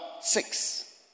six